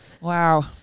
wow